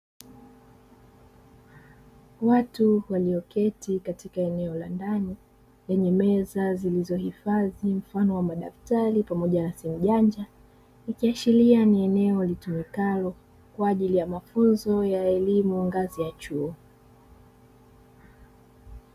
Watu walioketi katika eneo la ndani, lenye meza zilizohifadhi mfano wa madaftari pamoja na simu janja. Ikiashiria eneo litumikalo kwa ajili ya mafunzo ya elimu ngazi ya chuo kikuu.